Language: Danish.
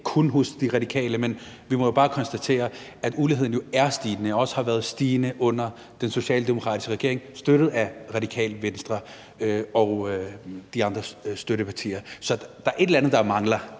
kun hos De Radikale, at uligheden er stigende og også har været stigende under den socialdemokratiske regering støttet af Radikale Venstre og de andre støttepartier. Så der er et eller andet, der mangler;